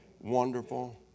wonderful